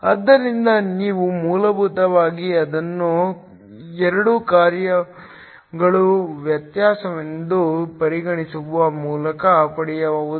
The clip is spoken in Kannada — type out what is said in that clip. ಆದ್ದರಿಂದ ನೀವು ಮೂಲಭೂತವಾಗಿ ಇದನ್ನು 2 ಕಾರ್ಯಗಳ ವ್ಯತ್ಯಾಸವೆಂದು ಪರಿಗಣಿಸುವ ಮೂಲಕ ಪಡೆಯಬಹುದು